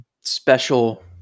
special